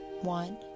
one